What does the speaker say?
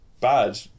Bad